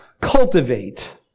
cultivate